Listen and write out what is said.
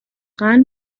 واقعا